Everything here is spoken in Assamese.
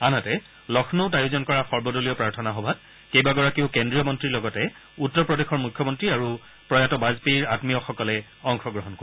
আনহাতে লক্ষ্ণীত আয়োজন কৰা সৰ্বদলীয় প্ৰাৰ্থনা সভাত কেইবাগৰাকীও কেন্দ্ৰীয় মন্ত্ৰীৰ লগতে উত্তৰ প্ৰদেশৰ মুখ্যমন্তী আৰু প্ৰয়াত বাজপেয়ীৰ আমীয়সকলে অংশগ্ৰহণ কৰিব